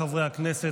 חברי הכנסת,